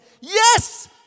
yes